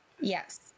Yes